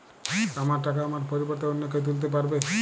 আমার টাকা আমার পরিবর্তে অন্য কেউ তুলতে পারবে?